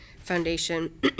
Foundation